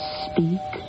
speak